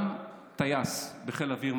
גם טייס בחיל האוויר,